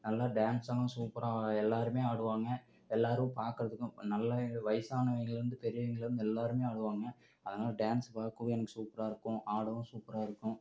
நல்லா டான்ஸெல்லாம் சூப்பராக எல்லாருமே ஆடுவாங்க எல்லாரும் பார்க்கறதுக்கும் நல்லா வயசானவங்கள்லருந்து பெரியவங்கள்லருந்து எல்லாருமே ஆடுவாங்க அதனால் டான்ஸ் பார்க்கவே எனக்கு சூப்பராக இருக்கும் ஆடவும் சூப்பராக இருக்கும்